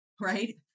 Right